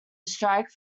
strike